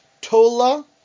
Tola